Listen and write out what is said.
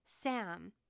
Sam